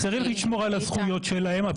-- צריך לשמור על הזכויות שלהם,